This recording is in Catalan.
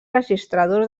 registradors